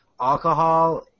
alcohol